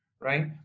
right